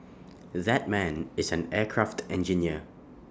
that man is an aircraft engineer